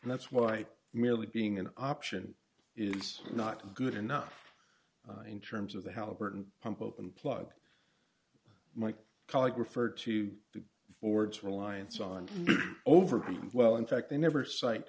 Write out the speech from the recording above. and that's why merely being an option is not good enough in terms of the halliburton pump open plug my colleague referred to the ford's reliance on overheating well in fact they never cite